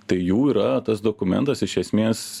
tai jų yra tas dokumentas iš esmės